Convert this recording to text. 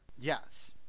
Yes